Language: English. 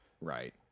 right